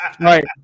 right